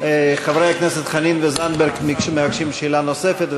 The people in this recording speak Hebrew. חברי הכנסת חנין וזנדברג מבקשים שאלה נוספת,